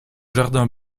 jardin